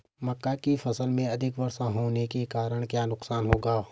मक्का की फसल में अधिक वर्षा होने के कारण क्या नुकसान होगा?